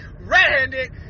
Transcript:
Red-handed